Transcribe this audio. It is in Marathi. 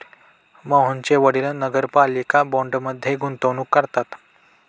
मोहनचे वडील नगरपालिका बाँडमध्ये गुंतवणूक करतात